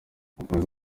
akomeza